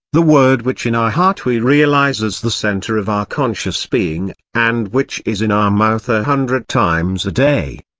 the word which in our heart we realise as the centre of our conscious being, and which is in our mouth a hundred times a day.